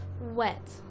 Wet